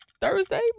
Thursday